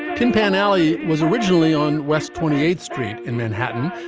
tin pan alley was originally on west twenty eighth street in manhattan,